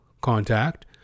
contact